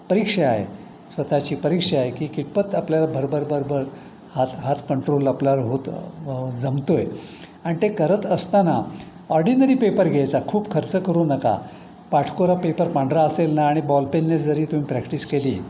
परीक्षा आहे स्वतःची परीक्षा आहे की कितपत आपल्याला भरभर भरभर हात हात कंट्रोल आपल्याला होत जमतो आहे आणि ते करत असताना ऑर्डिनरी पेपर घ्यायचा खूप खर्च करू नका पाठकोरा पेपर पांढरा असेल ना आणि बॉलपेनने जरी तुम्ही प्रॅक्टिस केली